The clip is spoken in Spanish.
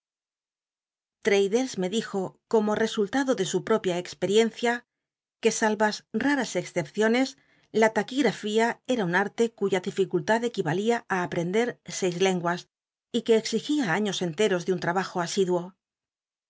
me dijo como resultado de u wopia expcticncia que s t'ata cscepciones la taqu igtafía cta un arte uya diri culla l cquialia á tptencler seis lenguas y que exigía aiios enteros de un ltabajo asiduo